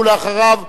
ואחריו,